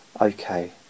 okay